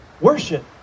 Worship